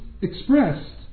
expressed